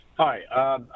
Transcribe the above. Hi